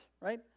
right